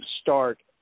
start